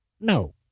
no